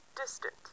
Distant